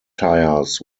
tires